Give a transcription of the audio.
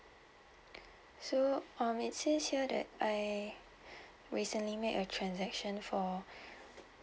so um it says here that I recently make a transaction for